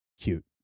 Cute